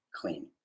clean